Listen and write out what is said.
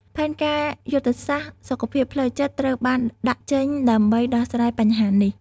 ផែនការយុទ្ធសាស្ត្រសុខភាពផ្លូវចិត្តត្រូវបានដាក់ចេញដើម្បីដោះស្រាយបញ្ហានេះ។